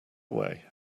away